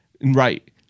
Right